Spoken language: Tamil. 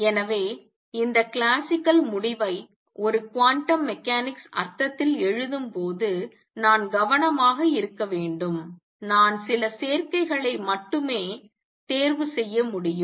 எனவே இந்த கிளாசிக்கல் முடிவை ஒரு குவாண்டம் மெக்கானிக்ஸ் அர்த்தத்தில் எழுதும் போது நான் கவனமாக இருக்க வேண்டும் நான் சில சேர்க்கைகளை மட்டுமே தேர்வு செய்ய முடியும்